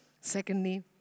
Secondly